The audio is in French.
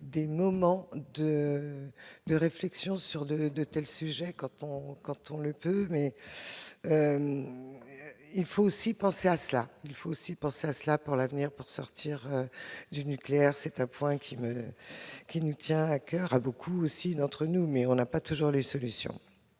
des moments de de réflexion sur de de tels sujets quand on, quand on le peut, mais il faut aussi penser à cela, il faut aussi penser à cela pour l'avenir, pour sortir du nucléaire, c'est un point qui me qui nous tient à coeur, a beaucoup aussi d'entre nous, mais on n'a pas toujours les solutions